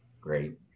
Great